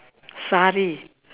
sari